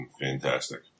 fantastic